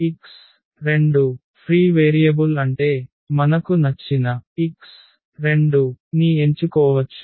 x2 free variable అంటే మనకు నచ్చిన x2 ని ఎంచుకోవచ్చు